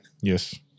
Yes